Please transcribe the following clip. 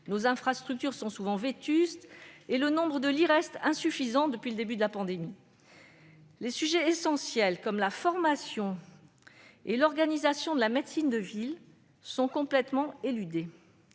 Nos infrastructures sont souvent vétustes, et le nombre de lits reste insuffisant depuis le début de la pandémie. Les sujets essentiels, comme la formation ou l'organisation de la médecine de ville, sont complètement éludés.